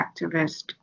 activist